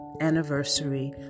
anniversary